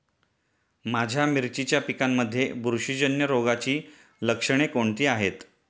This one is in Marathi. माझ्या मिरचीच्या पिकांमध्ये बुरशीजन्य रोगाची लक्षणे कोणती आहेत?